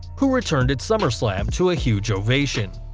who returned at summerslam to a huge ovation.